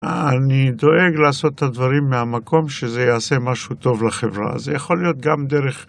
אני דואג לעשות את הדברים מהמקום שזה יעשה משהו טוב לחברה, זה יכול להיות גם דרך